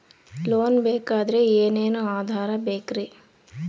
Loan ಬೇಕಾದ್ರೆ ಏನೇನು ಆಧಾರ ಬೇಕರಿ?